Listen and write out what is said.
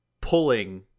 pulling